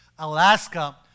Alaska